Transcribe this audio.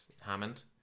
Hammond